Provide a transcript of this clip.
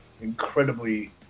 incredibly